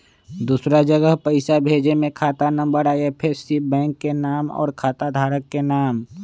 दूसरा जगह पईसा भेजे में खाता नं, आई.एफ.एस.सी, बैंक के नाम, और खाता धारक के नाम?